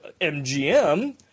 MGM